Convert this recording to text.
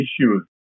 issues